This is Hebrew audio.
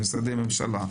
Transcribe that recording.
של משרדי ממשלה,